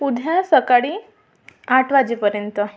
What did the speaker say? उद्या सकाळी आठ वाजेपर्यंत